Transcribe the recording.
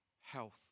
health